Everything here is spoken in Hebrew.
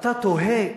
ואתה תוהה,